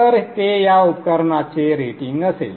तर ते या उपकरणाचे रेटिंग असेल